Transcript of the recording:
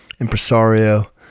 impresario